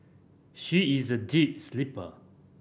she is a deep sleeper